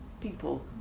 people